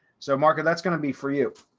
so market that's going to be for you.